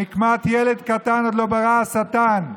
נקמת ילד קטן עוד לא ברא השטן.